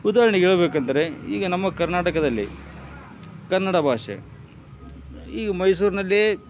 ಉದಾಹರಣೆಗ್ ಹೇಳ್ಬೇಕು ಅಂದರೆ ಈಗ ನಮ್ಮ ಕರ್ನಾಟಕದಲ್ಲಿ ಕನ್ನಡ ಭಾಷೆ ಈಗ ಮೈಸೂರಿನಲ್ಲಿ